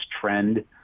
trend